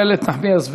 איילת נחמיאס ורבין?